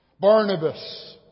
Barnabas